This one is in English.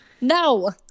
No